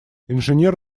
инженер